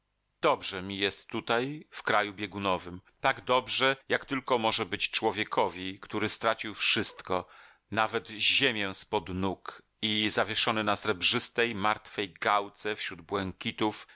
dobrze mi jest tutaj w kraju biegunowym tak dobrze jak tylko może być człowiekowi który stracił wszystko nawet ziemię z pod nóg i zawieszony na srebrzystej martwej gałce wśród błękitów